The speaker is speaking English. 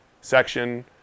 section